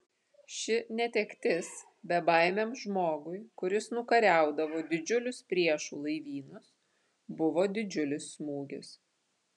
ši netektis bebaimiam žmogui kuris nukariaudavo didžiulius priešų laivynus buvo didžiulis smūgis